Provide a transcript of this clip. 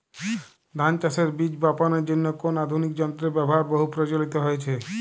ধান চাষের বীজ বাপনের জন্য কোন আধুনিক যন্ত্রের ব্যাবহার বহু প্রচলিত হয়েছে?